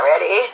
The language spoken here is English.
ready